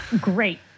great